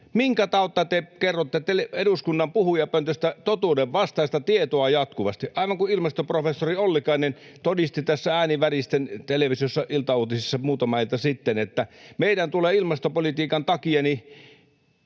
Minkä tautta te kerrotte eduskunnan puhujapöntöstä totuudenvastaista tietoa jatkuvasti, aivan kuin ilmastoprofessori Ollikainen todisti tässä ääni väristen televisiossa iltauutisissa muutama ilta sitten, että meidän tulee ilmastopolitiikan takia